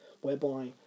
whereby